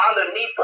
underneath